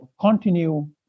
continue